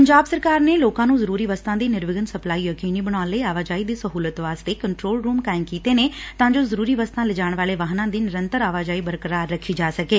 ਪੰਜਾਬ ਸਰਕਾਰ ਨੇ ਲੋਕਾਂ ਨੂੰ ਜਰੁਰੀ ਵਸਤਾਂ ਦੀ ਨਿਰਵਿਘਨ ਸਪਲਾਈ ਯਕੀਨੀ ਬਣਾਉਣ ਲਈ ਆਵਾਜਾਈ ਦੀ ਸਹੂਲਤ ਵਾਸਤੇ ਕੰਟਰੋਲ ਰੂਮ ਕਾਇਮ ਕੀਤੇ ਨੇ ਤਾਂ ਜੋ ਜਰੂਰੀ ਵਸਤਾਂ ਲਿਜਾਣ ਵਾਲੇ ਵਾਹਨਾਂ ਦੀ ਨਿਰੰਤਰ ਆਵਾਜਾਈ ਬਰਕਰਾਰ ਰੱਖਿਆ ਜਾ ਸਕੇ